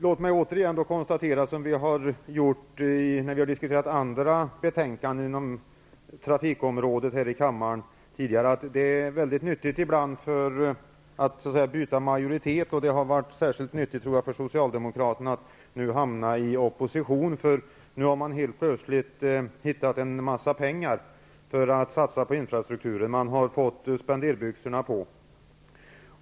Låt mig återigen konstatera -- vilket vi har gjort när vi har diskuterat andra betänkanden om trafikpolitik här i kammaren -- att det ibland är mycket nyttigt att byta majoritet. Det tror jag har varit särskilt nyttigt för socialdemokraterna att nu hamna i opposition. Nu har de helt plötsligt hittat pengar att satsa på infrastrukturen. Man har fått spenderbyxorna på.